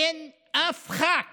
אין אף חבר כנסת,